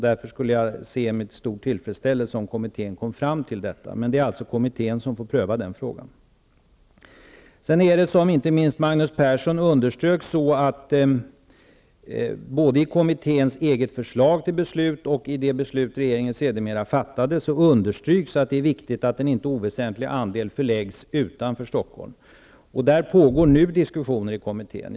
Därför skulle jag med stor tillfredsställelse se att kommittén kom fram till den lösningen. Men det är alltså kommittén som har att pröva den frågan. Som inte minst Magnus Persson underströk betonades det både i kommitténs förslag till beslut och i det beslut som regeringen sedermera fattade att det är viktigt att en inte oväsentlig andel förläggs utanför Stockholm. Det pågår nu diskussioner i kommittén om detta.